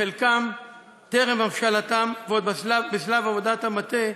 חלקם טרם הבשלתם, ועוד בשלב עבודת המטה,